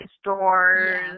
stores